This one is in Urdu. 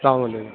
سلام علیکم